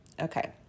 okay